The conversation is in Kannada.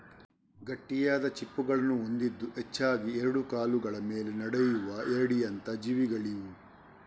ಗಟ್ಟಿಯಾದ ಚಿಪ್ಪುಗಳನ್ನ ಹೊಂದಿದ್ದು ಹೆಚ್ಚಾಗಿ ಎರಡು ಕಾಲುಗಳ ಮೇಲೆ ನಡೆಯುವ ಏಡಿಯಂತ ಜೀವಿಗಳಿವು